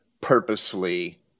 purposely